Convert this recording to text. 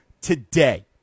today